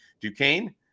Duquesne